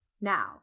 now